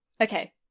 Okay